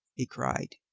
he cried.